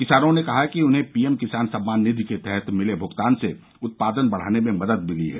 किसानों ने कहा कि उन्हें पीएम किसान सम्मान निधि के तहत मिले भुगतान से उत्पादन बढ़ाने में मदद मिली है